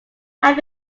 have